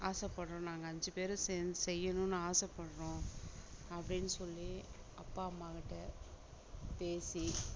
ஆசைப்பட்றோம் நாங்கள் அஞ்சு பேரும் சேந்து செய்யணுனு ஆசைப்பட்றோம் அப்படின் சொல்லி அப்பா அம்மாக்கிட்ட பேசி